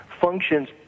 functions